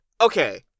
okay